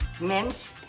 mint